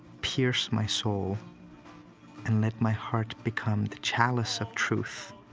pierce my soul and let my heart become the chalice of truth